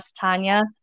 Tanya